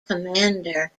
commander